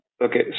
Okay